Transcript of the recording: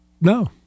No